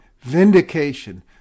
vindication